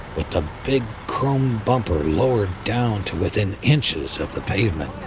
with the big chrome bumper lowered down to within inches of the pavement.